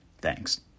thanks